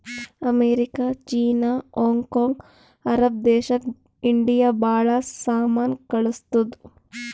America, China, Hong Kong, Arab ದೇಶಕ್ India ಭಾಳ ಸಾಮಾನ್ ಕಳ್ಸುತ್ತುದ್